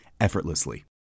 effortlessly